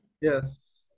Yes